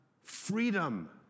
freedom